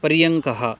पर्यङ्कः